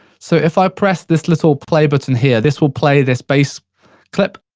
so, if i press this little play button here, this will play this bass clip,